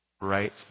right